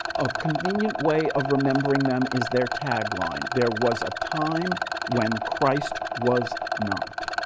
a convenient way of remembering them is their tagline there was a time when christ was not.